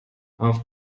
auf